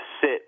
sit